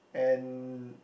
and